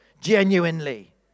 Genuinely